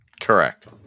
Correct